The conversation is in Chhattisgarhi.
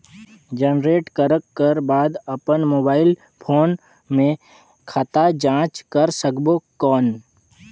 जनरेट करक कर बाद अपन मोबाइल फोन मे खाता जांच कर सकबो कौन?